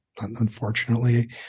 unfortunately